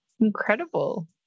incredible